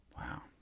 Wow